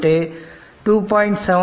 75 0